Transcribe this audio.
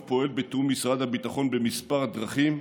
פועל בתיאום עם משרד הביטחון בכמה דרכים.